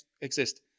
exist